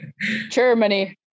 Germany